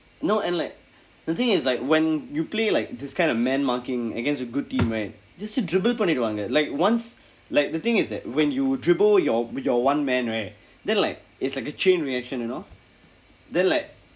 no and like the thing is like when you play like this kind of man marking against a good team right just dribble பண்ணிருவாங்க:panniruvaangka like once like the thing is that when you dribble your your one man right then like it's like a chain reaction you know then like